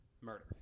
Murder